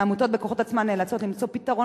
העמותות בכוחות עצמן נאלצות למצוא פתרון